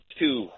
two